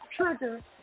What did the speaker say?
trigger